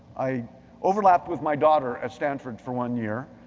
i overlapped with my daughter at stanford for one year.